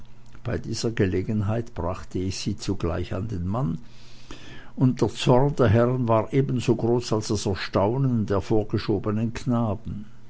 bei dieser gelegenheit brachte ich sie zugleich an den mann und der zorn der herren war ebenso groß als das erstaunen der vorgeschobenen knaben